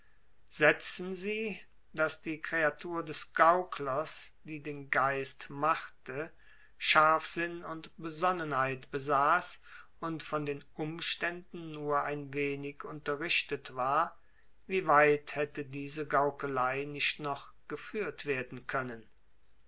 setzen sie daß die kreatur des gauklers die den geist machte scharfsinn und besonnenheit besaß und von den umständen nur ein wenig unterrichtet war wie weit hätte diese gaukelei nicht noch geführt werden können